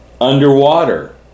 underwater